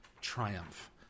triumph